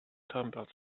tumbles